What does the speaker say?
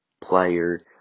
player